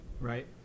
Right